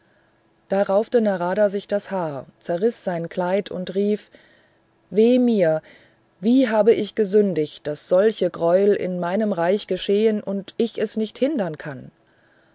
da raufte narada sich das haar zerriß sein kleid und rief weh mir wie habe ich mich versündigt daß solche gräuel in meinem reich geschehen und ich es nicht hindern kann